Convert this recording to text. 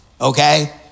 Okay